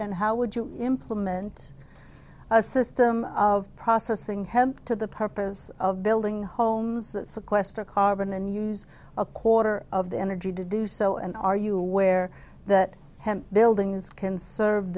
and how would you implement a system of processing hemp to the purpose of building homes that sequester carbon and use a quarter of the energy to do so and are you aware that buildings can serve